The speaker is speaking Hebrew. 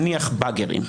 נניח באגרים.